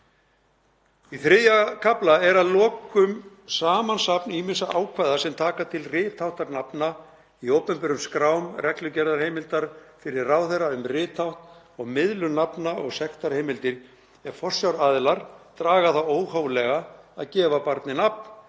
Í III. kafla er að lokum samansafn ýmissa ákvæða sem taka til ritháttar nafna í opinberum skrám, reglugerðarheimildir fyrir ráðherra um rithátt og miðlun nafna og sektarheimildir ef forsjáraðilar draga það óhóflega að gefa barni